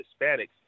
Hispanics